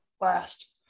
last